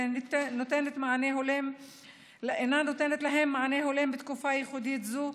נותנת לה מענה הולם בתקופה ייחודית זו,